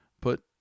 put